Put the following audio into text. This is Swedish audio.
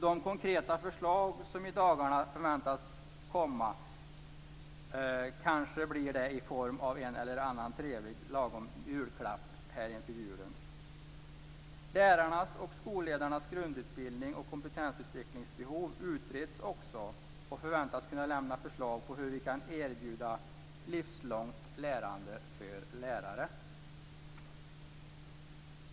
De konkreta förslag som i dagarna förväntas komma kanske kan bli en trevlig julklapp i en eller annan form inför julen. Lärarnas och skolledarnas grundutbildning och behov av kompetensutveckling utreds också, och man förväntas lämna förslag på hur vi kan erbjuda livslångt lärande för lärare.